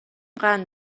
قند